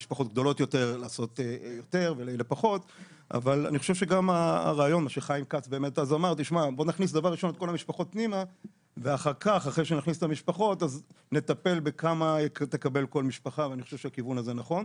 כל משפחה, ואני חושב שהכיוון הזה נכון.